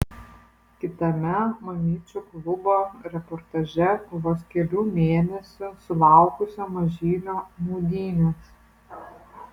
kitame mamyčių klubo reportaže vos kelių mėnesių sulaukusio mažylio maudynės